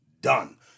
done